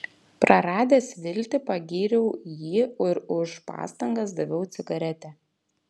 praradęs viltį pagyriau jį ir už pastangas daviau cigaretę